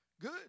Good